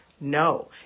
No